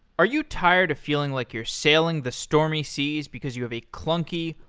are you tired of feeling like you're sailing the stormy seas, because you have a clunky,